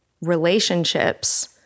relationships